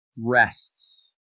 rests